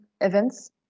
events